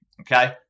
Okay